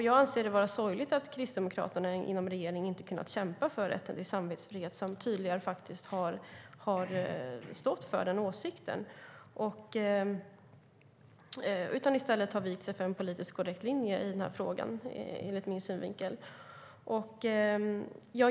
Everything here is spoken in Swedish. Jag anser det vara sorgligt att Kristdemokraterna i regeringen inte har kunnat kämpa för rätten till samvetsfrihet och tydligare stått upp för detta. I stället har man vikt sig för vad jag ser som en politiskt korrekt linje i den här frågan.